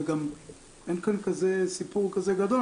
וגם אין כאן סיפור כזה גדול,